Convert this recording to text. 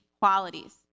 qualities